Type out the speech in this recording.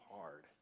hard